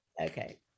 Okay